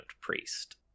Priest